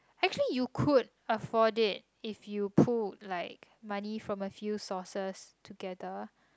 actually you could afford it if you put like money from a few sources to get the